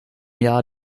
jahr